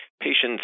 patients